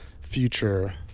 future